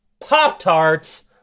Pop-Tarts